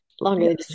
longer